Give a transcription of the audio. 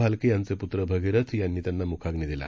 भालके यांचे प्त्र भगिरथ यांनी त्यांना मुखाग्नि दिला